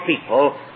people